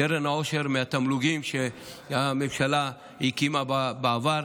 קרן העושר מהתמלוגים שהממשלה הקימה בעבר.